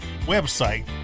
website